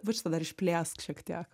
vat šitą dar išplėsk šiek tiek